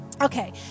Okay